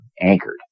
anchored